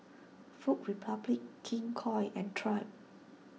Food Republic King Koil and Triumph